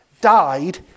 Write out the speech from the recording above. died